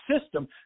system